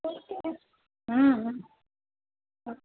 હમ હમ